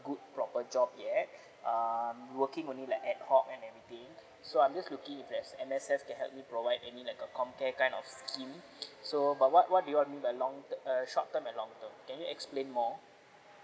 good proper job yet um working only like ad hoc and everything so I'm just looking if there's M_S_F can help me provide any like uh com care kind of scheme so about what what do you all mean by long err short term and long term can you explain more